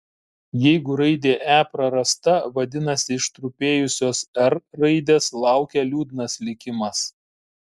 jeigu raidė e prarasta vadinasi ištrupėjusios r raidės laukia liūdnas likimas